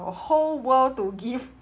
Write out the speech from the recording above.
whole world to give